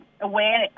aware